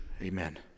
Amen